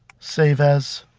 save as,